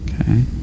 Okay